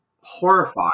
horrified